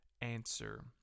answer